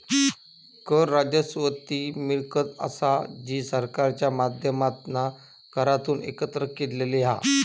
कर राजस्व ती मिळकत असा जी सरकारच्या माध्यमातना करांतून एकत्र केलेली हा